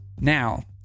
Now